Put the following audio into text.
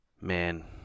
Man